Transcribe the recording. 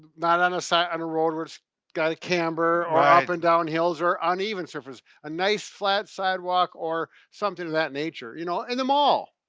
not on a side of and a road where it's got a camber or up and down hills or uneven surfaces. a nice flat sidewalk or something of that nature. you know, in the mall.